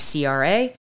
CRA